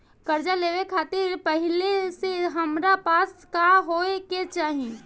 कर्जा लेवे खातिर पहिले से हमरा पास का होए के चाही?